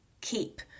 keep